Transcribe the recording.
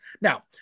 now